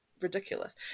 ridiculous